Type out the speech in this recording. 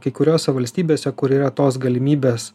kai kuriose valstybėse kur yra tos galimybės